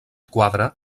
quadre